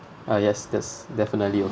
ah yes that's definitely